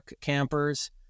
campers